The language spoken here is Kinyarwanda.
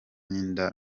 n’inda